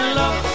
love